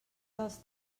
dels